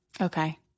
Okay